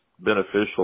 beneficial